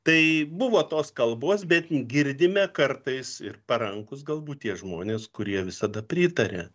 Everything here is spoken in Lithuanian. tai buvo tos kalbos bet girdime kartais ir parankūs galbūt tie žmonės kurie visada pritaria